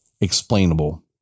explainable